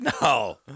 No